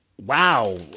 wow